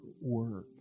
work